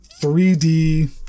3D